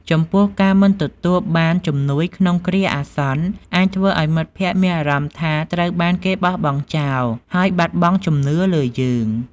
ចំពោះ ការមិនទទួលបានជំនួយក្នុងគ្រាអាសន្ន អាចធ្វើឲ្យមិត្តភក្តិមានអារម្មណ៍ថាត្រូវបានគេបោះបង់ចោល ហើយបាត់បង់ជំនឿលើយើង។